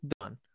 done